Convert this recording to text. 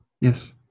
Yes